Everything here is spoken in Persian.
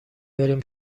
بریم